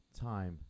time